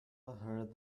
heard